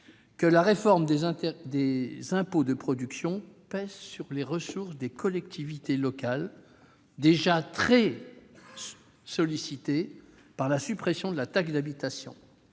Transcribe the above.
que la réforme des impôts de production pèse sur les ressources des collectivités locales, déjà très sollicitées par la suppression de la taxe d'habitation.